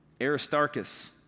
Aristarchus